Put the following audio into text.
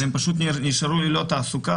והם פשוט נשארו ללא תעסוקה,